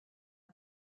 发展